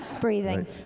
Breathing